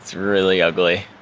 really ugly.